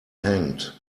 hanged